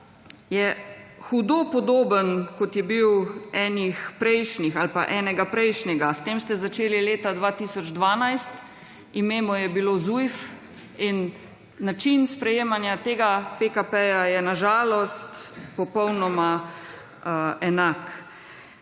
je hudo podoben kot je bil enih prejšnjih ali pa enega prejšnjega. S tem ste začeli leta 2012, ime mu je bilo ZUJF, in način sprejemanja tega PKP je na žalost popolnoma enak.